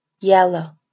yellow